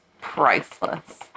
priceless